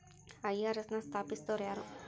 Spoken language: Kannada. ಐ.ಆರ್.ಎಸ್ ನ ಸ್ಥಾಪಿಸಿದೊರ್ಯಾರು?